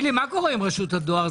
מה עם רשות הדואר?